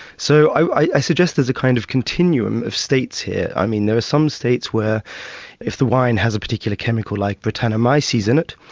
so i suggest that's a kind of continuum of states here. i mean there are some states where if the wine has a particular chemical like brettanomyces in it,